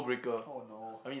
oh no